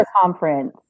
conference